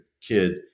kid